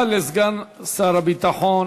תודה לסגן שר הביטחון